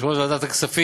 יושב-ראש ועדת הכספים,